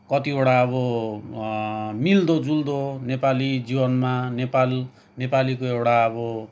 कतिवटा अबो मिल्दोजुल्दो नेपाली जिवनमा नेपाल नेपालीको एउटा अबो